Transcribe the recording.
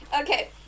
okay